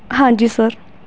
ਹਾਂਜੀ ਸਰ